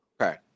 Okay